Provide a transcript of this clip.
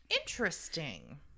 Interesting